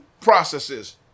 processes